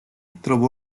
trabó